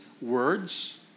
words